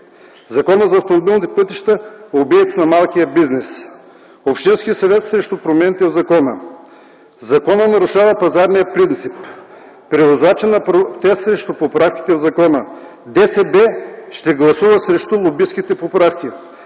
„Законът за автомобилните пътища – убиец на малкия бизнес”, „Общинският съвет срещу промените в закона”, „Законът нарушава пазарния принцип”, „Превозвачи на протест срещу поправките в закона”, „ДСБ ще гласува срещу лобистките поправки”,